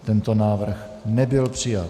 Tento návrh nebyl přijat.